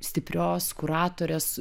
stiprios kuratorės